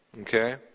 Okay